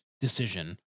decision